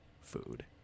food